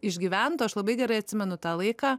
išgyventų aš labai gerai atsimenu tą laiką